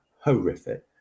horrific